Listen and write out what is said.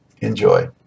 Enjoy